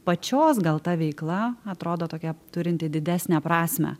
pačios gal ta veikla atrodo tokia turinti didesnę prasmę